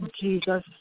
Jesus